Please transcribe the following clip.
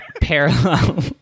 parallel